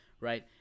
right